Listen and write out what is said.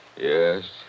Yes